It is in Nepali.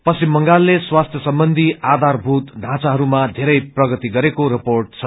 पश्चिम बंगालले स्वास्थ्य सम्बन्धी आधारभूत ढाँचाहरूमा धेरै प्रगति गरेको रर्पोट छ